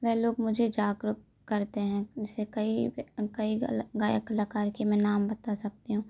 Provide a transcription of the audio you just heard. वे लोग मुझे जागरूक करते हैं जैसे कहीं ब कई गलक गायक कलाकार के मैं नाम बता सकती हूँ